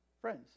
Friends